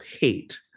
hate